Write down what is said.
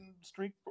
streak